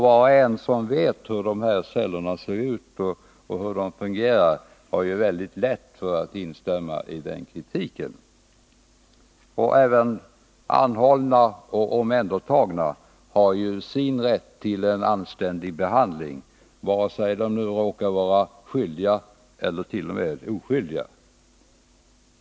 Var och en som vet hur dessa celler ser ut och fungerar har mycket lätt att instämma i denna kritik. Även anhållna och omhändertagna har rätt till en anständig behandling, vare sig de råkar vara skyldiga ellert.o.m. oskyldiga.